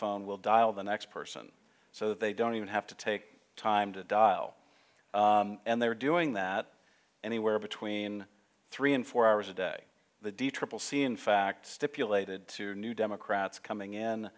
phone will dial the next person so they don't even have to take time to dial and they're doing that anywhere between three and four hours a day the d triple c in fact stipulated to new democrats coming in